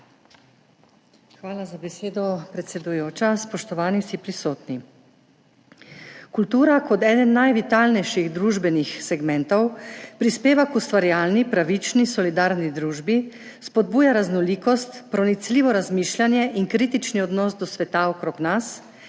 Hvala za besedo, predsedujoča. Spoštovani vsi prisotni! Kultura kot eden najvitalnejših družbenih segmentov prispeva k ustvarjalni, pravični, solidarni družbi, spodbuja raznolikost, pronicljivo razmišljanje in kritični odnos do sveta okrog nas,